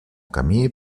camí